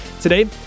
Today